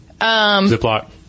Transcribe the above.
Ziploc